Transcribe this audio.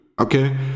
Okay